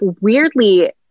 weirdly